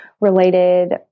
related